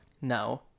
No